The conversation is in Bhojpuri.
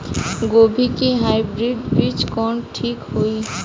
गोभी के हाईब्रिड बीज कवन ठीक होई?